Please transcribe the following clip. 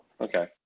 okay